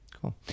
Cool